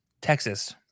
Texas